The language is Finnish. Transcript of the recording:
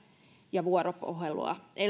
ja vuoropuhelua